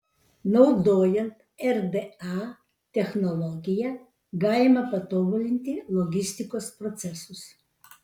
naudojant rda technologiją galima patobulinti logistikos procesus